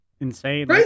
insane